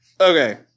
Okay